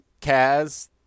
Kaz